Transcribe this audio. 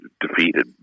defeated